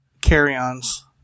carry-ons